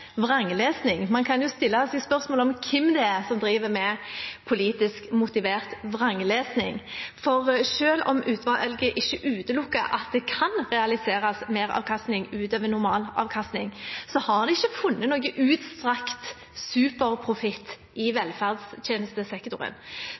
Man kan jo stille seg spørsmål om hvem det er som driver med politisk motivert vranglesing, for selv om utvalget ikke utelukker at det kan realiseres meravkastning utover normalavkastning, har de ikke funnet noen utstrakt superprofitt i